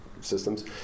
systems